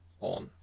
on